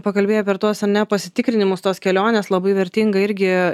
pakalbėjai per tuos ane pasitikrinimus tos kelionės labai vertinga irgi